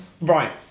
Right